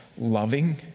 loving